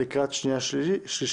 לקראת שנייה ושלישית,